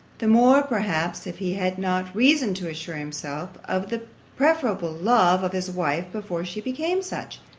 the more perhaps if he had not reason to assure himself of the preferable love of his wife before she became such.